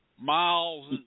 miles